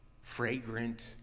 fragrant